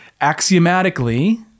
axiomatically